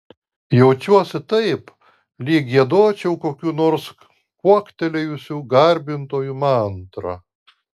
jaučiuosi taip lyg giedočiau kokių nors kuoktelėjusių garbintojų mantrą